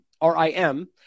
R-I-M